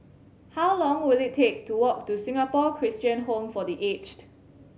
how long will it take to walk to Singapore Christian Home for The Aged